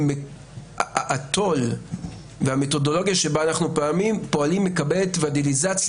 התו"ל והמתודולוגיה שבה אנחנו פועלים מקבלת ולידציה,